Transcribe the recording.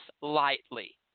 lightly